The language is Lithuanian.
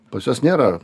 pas juos nėra